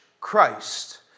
Christ